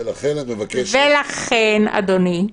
לכן אדוני,